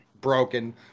broken